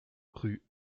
rue